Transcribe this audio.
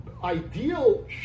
ideal